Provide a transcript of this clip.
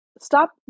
stop